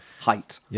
height